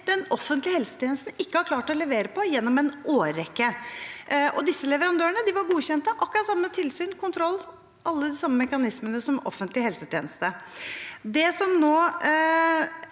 den offentlige helsetjenesten ikke har klart å levere på gjennom en årrekke. Disse leverandørene var godkjent, og de hadde akkurat samme tilsyn og kontroll – alle de samme mekanismene – som offentlig helsetjeneste.